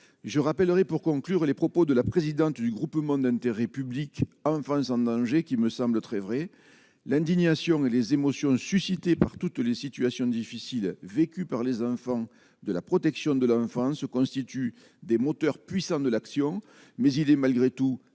je rappellerai pour conclure les propos de la présidente du groupement d'intérêt public Enfance en danger, qui me semble très vrai l'indignation et les émotions suscitées par toutes les situations difficiles vécues par les enfants de la protection de l'enfance se constituent des moteurs puissants de l'action, mais il est malgré tout